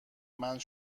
مند